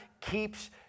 keeps